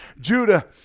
Judah